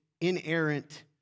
inerrant